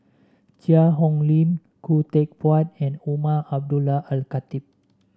Cheang Hong Lim Khoo Teck Puat and Umar Abdullah Al Khatib